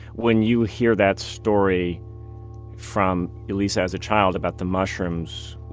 when you hear that story from lisa as a child about the mushrooms,